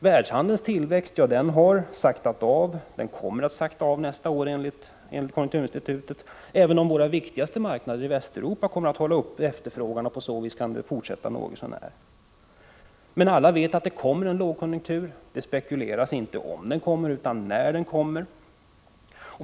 Världshandelns tillväxt har redan saktat av och kommer enligt konjunkturinstitutet att minska ytterligare nästa år, även om våra viktigaste marknader i Västeuropa väntas hålla uppe efterfrågan något så när. Men alla vet att det kommer en lågkonjunktur. Det spekuleras inte i om den kommer utan bara i när den kommer.